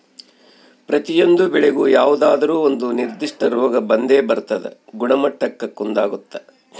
ಪ್ರತಿಯೊಂದು ಬೆಳೆಗೂ ಯಾವುದಾದ್ರೂ ಒಂದು ನಿರ್ಧಿಷ್ಟ ರೋಗ ಬಂದೇ ಬರ್ತದ ಗುಣಮಟ್ಟಕ್ಕ ಕುಂದಾಗುತ್ತ